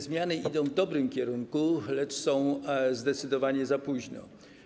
Zmiany idą w dobrym kierunku, lecz są zdecydowanie za późno.